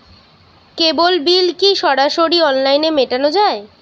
কেবল bill কি সরাসরি অনলাইনে মেটানো য়ায়?